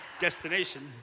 destination